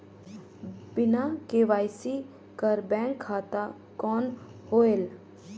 बिना के.वाई.सी कर बैंक खाता कौन होएल?